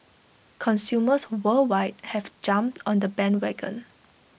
consumers worldwide have jumped on the bandwagon